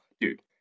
dude